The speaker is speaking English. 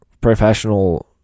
professional